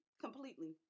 Completely